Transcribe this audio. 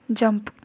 jump